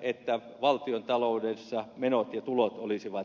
että valtiontaloudessa menot ja tulot olisivat tasapainossa